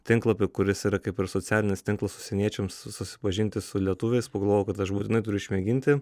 tinklapį kuris yra kaip ir socialinis tinklas užsieniečiams susipažinti su lietuviais pagalvojau kad aš būtinai turiu išmėginti